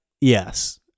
Yes